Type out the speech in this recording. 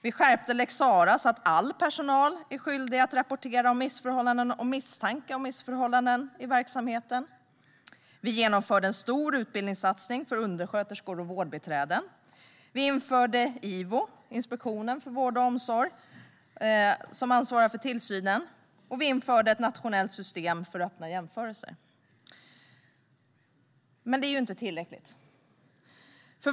Vi skärpte lex Sarah så att all personal är skyldig att rapportera om missförhållanden och misstanke om missförhållanden i verksamheten. Vi genomförde en stor utbildningssatsning för undersköterskor och vårdbiträden. Vi införde IVO, Inspektionen för vård och omsorg, som ansvarar för tillsynen. Vi införde ett nationellt system för öppna jämförelser. Men detta är såklart inte tillräckligt.